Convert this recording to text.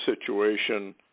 situation